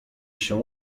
się